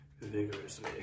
Vigorously